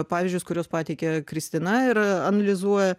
pavyzdžius kuriuos pateikė kristina ir analizuoja